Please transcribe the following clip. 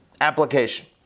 application